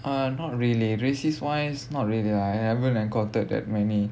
uh not really racist wise not really I haven't encountered that many